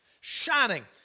shining